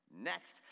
next